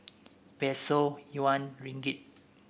Peso Yuan Ringgit